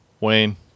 Wayne